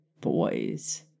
Boys